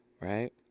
right